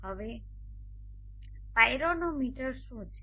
હવે પાયરોનોમીટર શું છે